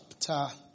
Chapter